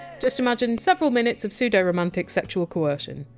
just imagine several minutes of pseudo-romantic sexual coercion.